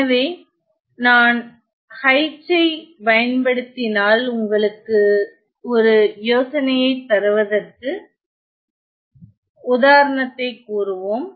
எனவே நான் H ஐப் பயன்படுத்தினால் உங்களுக்கு ஒரு யோசனையைத் தருவதற்கு உதாரணத்தைக் கூறுவோம்